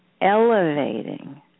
elevating